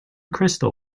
crystal